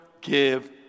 give